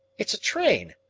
it's a train.